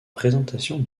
présentation